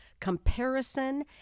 comparison